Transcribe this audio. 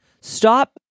Stop